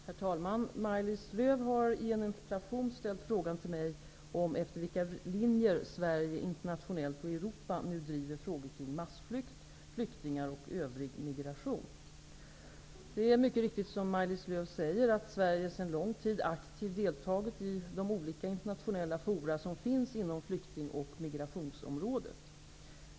Herr talman! Maj-Lis Lööw har i en interpellation ställt frågan till mig om efter vilka linjer Sverige, internationellt och i Europa, nu driver frågor kring massflykt, flyktingar och övrig migration. Det är mycket riktigt, som Maj-Lis Lööw säger, att Sverige sedan lång tid aktivt deltagit i de olika internationella fora som finns inom flykting och migrationsområdet.